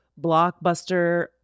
Blockbuster